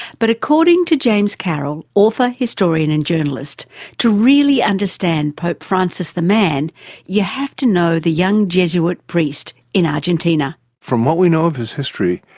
but according to james carroll author, historian, and journalist to really understand pope francis the man you have to know the young jesuit priest in argentina. from what we know of his history,